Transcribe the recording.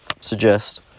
suggest